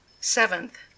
seventh